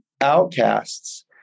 outcasts